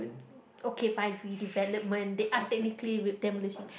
okay fine redevelopment they are technically demolishing